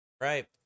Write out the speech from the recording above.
Right